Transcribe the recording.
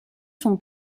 son